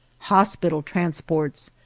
hospital transports,